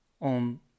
on